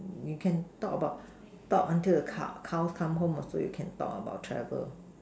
you can talk about talk until the cow cows come home also you can talk about travel